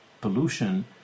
pollution